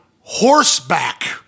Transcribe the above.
horseback